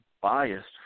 biased